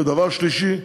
דבר שלישי,